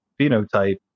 phenotype